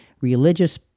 religious